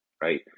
right